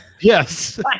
Yes